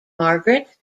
margaret